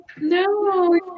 no